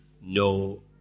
no